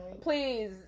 Please